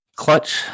clutch